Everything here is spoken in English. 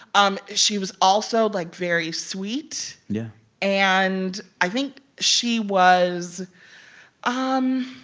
um she was also, like, very sweet yeah and i think she was um